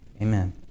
Amen